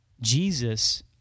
Jesus